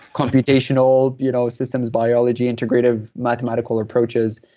computational you know systems biology, integrative mathematical approaches.